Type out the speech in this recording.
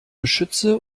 beschütze